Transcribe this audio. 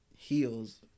heels